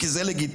כי זה לגיטימי?